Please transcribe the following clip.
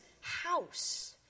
house